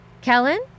Kellen